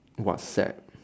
whatsapp